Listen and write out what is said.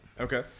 okay